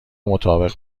مطابق